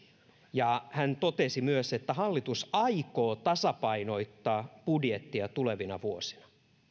hän totesi myös että hallitus aikoo tasapainottaa budjettia tulevina vuosina